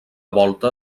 volta